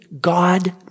God